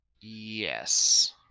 Yes